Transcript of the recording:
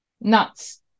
Nuts